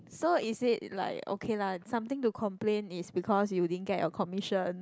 so is it like okay lah something to complain is because you didn't get your commission